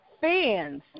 fans